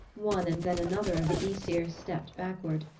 one and then another of the aesir stepped backward.